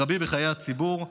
רבי בחיי הציבור,